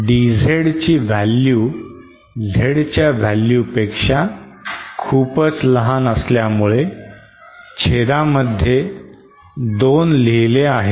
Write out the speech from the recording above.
dZ ची value Z च्या value पेक्षा खूपच लहान असल्यामुळे छेदामध्ये २ लिहिले आहेत